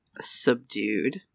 subdued